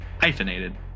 Hyphenated